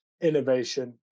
innovation